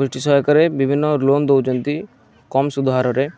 ଗୋଷ୍ଠୀ ସହାୟକରେ ବିଭିନ୍ନ ଲୋନ୍ ଦେଉଛନ୍ତି କମ୍ ସୁଧ ହାରରେ